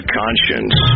conscience